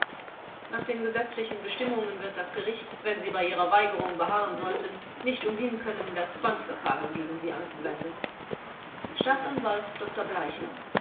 nach den gesetzlichen bestimmungen wird das gericht wenn sie bei ihrer weigerung beharren sollten nicht umhin können das zwangsverfahren gegen sie anzuwenden staatsanwalt dr bleicher